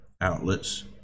outlets